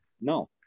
no